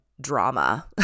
drama